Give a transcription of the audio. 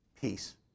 peace